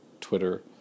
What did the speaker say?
Twitter